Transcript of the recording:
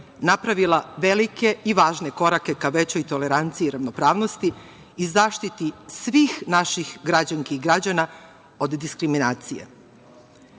napravila je velike i važne korake ka većoj toleranciji i ravnopravnosti i zaštiti svih naših građanki i građana od diskriminacije. Kao